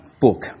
book